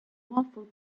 waffle